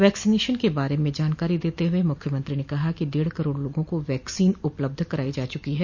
vaccination के बारे में जानकारी देते हुए मुख्यमंत्री ने कहा कि डेढ़ करोड़ लोगों को वैक्सीन उपलब्ध कराई जा चुकी है